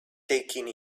taking